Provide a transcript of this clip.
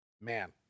Man